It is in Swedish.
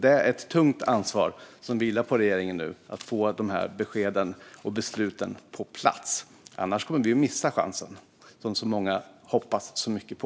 Det vilar nu ett tungt ansvar på regeringen när det gäller att få dessa besked och beslut på plats. Annars kommer vi att missa den chans som så många hoppas så mycket på.